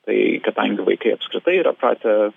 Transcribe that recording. tai kadangi vaikai apskritai yra pratę